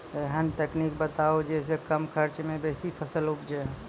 ऐहन तकनीक बताऊ जै सऽ कम खर्च मे बेसी फसल उपजे?